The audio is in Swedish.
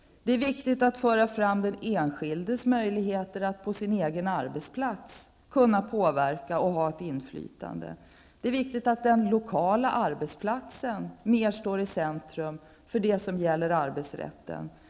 Det är viktigt att understryka den enskildes möjligheter att på sin egen arbetsplats ha ett inflytande. Den lokala arbetsplatsen måste i större utsträckning stå i centrum när det gäller arbetsrätten.